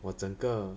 我整个